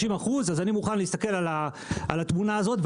30% אז אני מוכן להסתכל על התמונה הזאת,